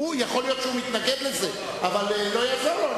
יכול להיות שהוא מתנגד לזה, אבל לא יעזור לו.